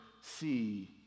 see